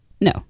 No